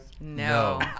no